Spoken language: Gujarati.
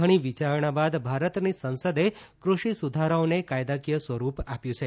ઘણી વિચારણાં બાદ ભારતની સંસદે કૃષિ સુધારાઓને કાયદાકીય સ્વરૂપ આપ્યું છે